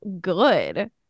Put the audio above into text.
good